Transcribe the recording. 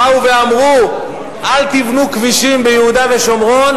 באו ואמרו: אל תבנו כבישים ביהודה ושומרון,